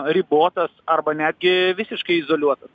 ribotas arba netgi visiškai izoliuotas